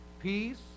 peace